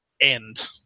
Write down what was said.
end